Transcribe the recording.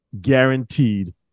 guaranteed